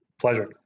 Pleasure